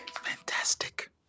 fantastic